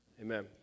amen